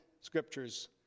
scriptures